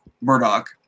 Murdoch